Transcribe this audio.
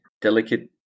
delicate